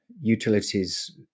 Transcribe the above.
utilities